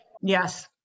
Yes